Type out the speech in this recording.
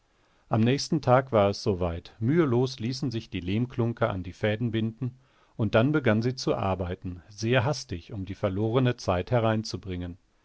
am nächsten tag war es soweit mühelos ließen sich die lehmklunker an die fäden binden und dann begann sie zu arbeiten sehr hastig um die verlorene zeit hereinzubringen